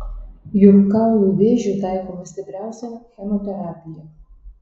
juk kaulų vėžiui taikoma stipriausia chemoterapija